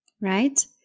right